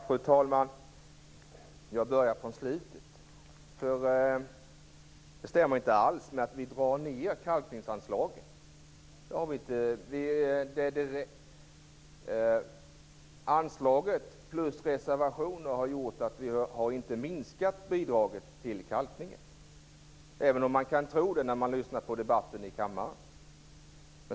Fru talman! Jag börjar från slutet. Det stämmer inte alls att vi drar ned kalkningsanslaget. Anslaget plus reservationer har gjort att vi inte har minskat bidraget till kalkning, även om man kan tro det när man lyssnar på debatten i kammaren.